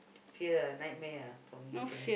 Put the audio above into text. fear ah nightmare ah for me actually